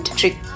trick